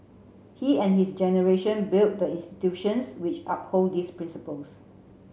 he and his generation built the institutions which uphold these principles